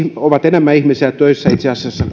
ovat ihmiset enemmän töissä itse asiassa